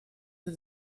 did